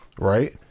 right